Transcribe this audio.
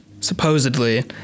supposedly